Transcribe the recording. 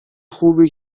خوبی